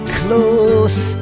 close